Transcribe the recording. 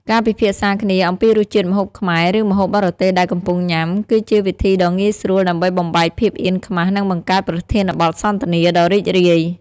ការពិភាក្សាគ្នាអំពីរសជាតិម្ហូបខ្មែរ ឬម្ហូបបរទេសដែលកំពុងញ៉ាំ គឺជាវិធីដ៏ងាយស្រួលដើម្បីបំបែកភាពអៀនខ្មាស និងបង្កើតប្រធានបទសន្ទនាដ៏រីករាយ។